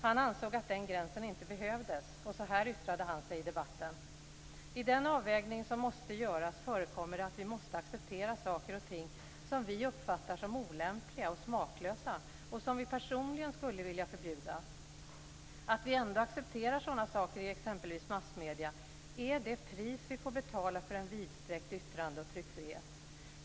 Han ansåg att den gränsen inte behövdes. Så här yttrade han sig i debatten: "I den avvägning som måste göras förekommer det att vi måste acceptera saker och ting som vi uppfattar som olämpliga och smaklösa och som vi personligen skulle vilja förbjuda. Att vi ändå accepterar sådana saker i exempelvis massmedia är det pris vi får betala för en vidsträckt yttrande och tryckfrihet.